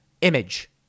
image